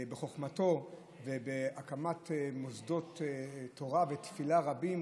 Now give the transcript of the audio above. בחוכמתו ובהקמת מוסדות תורה ותפילה רבים.